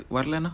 வரலனா:varalanaa